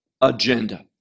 agenda